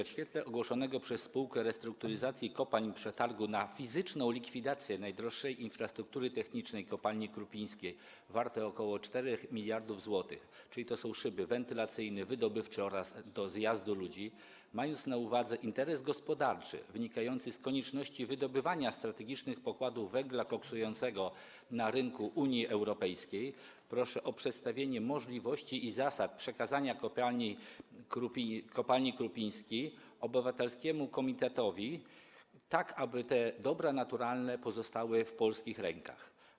W świetle ogłoszonego przez Spółkę Restrukturyzacji Kopalń przetargu na fizyczną likwidację najdroższej infrastruktury technicznej kopalni Krupiński, wartej ok. 4 mld zł, czyli szybów wentylacyjnych, wydobywczych oraz do zjazdu ludzi, mając na uwadze interes gospodarczy wynikający z konieczności wydobywania strategicznych pokładów węgla koksującego na rynku Unii Europejskiej, proszę o przedstawienie możliwości i zasad przekazania kopalni Krupiński obywatelskiemu komitetowi, tak aby te dobra naturalne pozostały w polskich rękach.